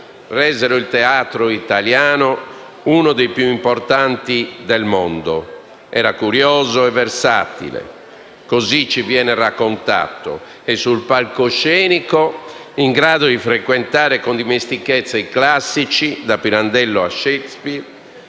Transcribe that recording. resero il teatro italiano uno dei più importanti del mondo. Era curioso e versatile - così ci viene raccontato - e sul palcoscenico in grado di frequentare con dimestichezza i classici, da Pirandello a Shakespeare,